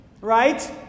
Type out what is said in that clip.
Right